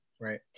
Right